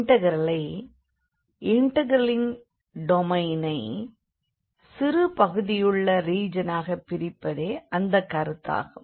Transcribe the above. இண்டெக்ரலை இண்டெக்ரலின் டொமைனை சிறு பகுதியுள்ள ரீஜனாகப் பிரிப்பதே அந்தக் கருத்தாகும்